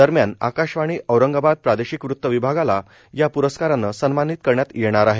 दरम्यान आकाशवाणी औरंगाबाद प्रादेशिक वृत विभागाला या प्रस्कारानं सन्मानित करण्यात येणार आहे